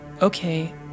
Okay